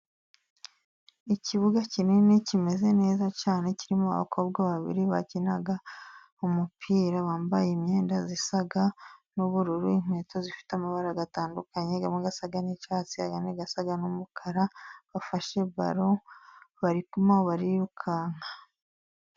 Ikibuga kinini kimeze neza cyane, kirimo abakobwa babiri bakina umupira bambaye imyenda isa n'ubururu, inkweto zifite amabara atandukanye, amwe asa n'icyatsi andi asa n'umukara bafashe balo bari barikwirukanka.